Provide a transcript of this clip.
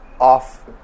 off